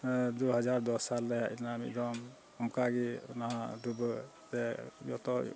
ᱫᱩ ᱦᱟᱡᱟᱨ ᱫᱚᱥ ᱥᱟᱞᱨᱮ ᱦᱮᱡ ᱞᱮᱱᱟ ᱢᱤᱫ ᱫᱚᱢ ᱚᱱᱠᱟᱜᱮ ᱚᱱᱟ ᱰᱩᱵᱟᱹ ᱥᱮ ᱡᱷᱚᱛᱚ